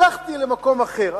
הלכתי למקום אחר.